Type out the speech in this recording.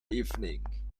evening